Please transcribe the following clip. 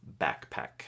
backpack